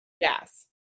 Yes